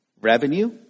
revenue